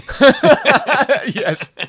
yes